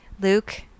Luke